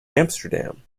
amsterdam